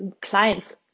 clients